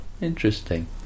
interesting